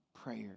prayer